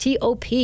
top